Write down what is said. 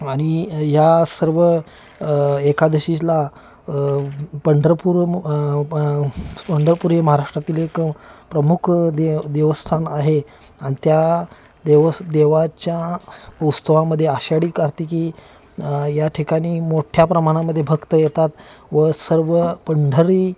आणि या सर्व एकादशीला पंढरपूर पंढरपूर हे महाराष्ट्रातील एक प्रमुख दे देवस्थान आहे आणि त्या देवस देवाच्या उत्सवामध्ये आषाढी कार्तिकी या ठिकाणी मोठ्या प्रमाणामध्ये भक्त येतात व सर्व पंढरी